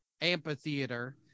Amphitheater